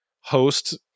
host